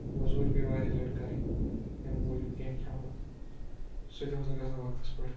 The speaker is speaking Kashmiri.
موزوٗرۍ پے واریاہ لَٹہِ کَرٕنۍ اَمہِ موٗجوٗب کیٚنٛہہ کھٮ۪مو سُہ تہِ اوس نہٕ گژھان وقتس پٮ۪ٹھ